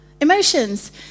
Emotions